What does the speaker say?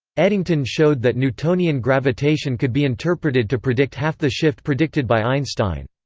eddington showed that newtonian gravitation could be interpreted to predict half the shift predicted by einstein.